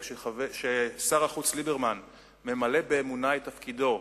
ששר החוץ ליברמן ממלא באמונה את תפקידו,